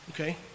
Okay